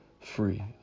free